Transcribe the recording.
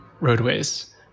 roadways